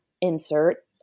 insert